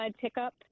pickup